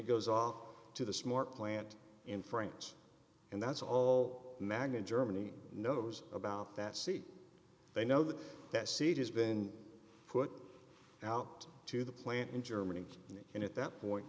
it goes off to the smart plant in france and that's all magna germany knows about that see they know that that seed has been put out to the plant in germany and at that point